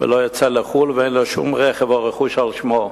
לא יוצא לחו"ל ואין לו שום רכב או רכוש על שמו.